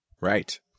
Right